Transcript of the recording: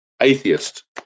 atheist